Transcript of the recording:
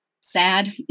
sad